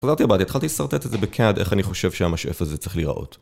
חזרתי הבאתי, התחלתי לשרטט את זה ב-cad, איך אני חושב שהמשאף הזה צריך לראות.